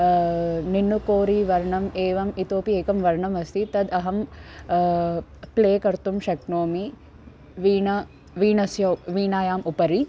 निनुकोरि वर्णम् एवम् इतोपि एकं वर्णम् अस्ति तत् अहं प्ले कर्तुं शक्नोमि वीणा वीणा वीणायाम् उपरि